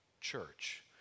church